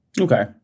Okay